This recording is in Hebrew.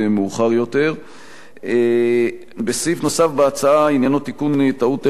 סעיף נוסף בהצעה עניינו תיקון טעות טכנית בסוגיית התקציב השנתי.